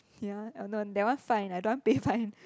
ya no that one fine I don't want pay fine